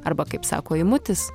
arba kaip sako eimutis